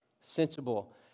Sensible